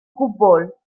gwbl